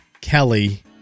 Kelly